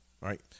Right